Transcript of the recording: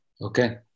Okay